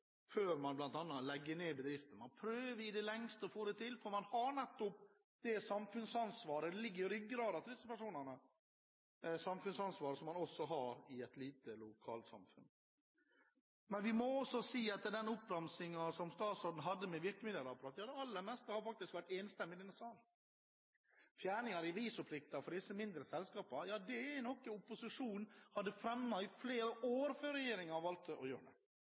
prøver i det lengste å få det til, for samfunnsansvaret ligger i ryggraden til disse personene – et samfunnsansvar man også har i et lite lokalsamfunn. Statsråden hadde også en oppramsing av virkemiddelapparatet: Ja, det aller meste har faktisk vært enstemmig i denne sal. Fjerning av revisorplikten for de mindre selskapene er noe opposisjonen har fremmet forslag om i flere år før regjeringen valgte å gjøre